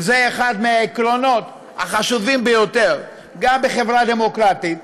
וזה אחד מהעקרונות החשובים ביותר גם בחברה דמוקרטית,